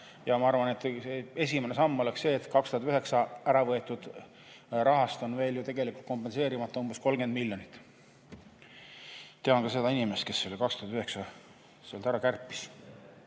Ja ma arvan, et esimene samm oleks see, et 2009 äravõetud rahast on veel ju tegelikult kompenseerimata umbes 30 miljonit. Tean ka seda inimest, kes selle 2009 sealt ära kärpis.